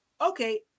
Okay